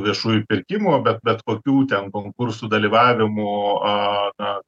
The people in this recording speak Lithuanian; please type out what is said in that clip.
viešųjų pirkimų bet bet kokių ten konkursų dalyvavimų a